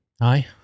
aye